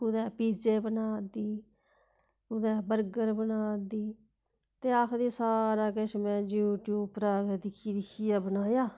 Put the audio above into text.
कुदै पिज्जे बना दी कुदै बर्गर बना दी ते आखदी सारा किश में यूट्यूब उप्परा गै दिक्खी दिक्खियै बनाया